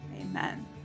amen